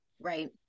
Right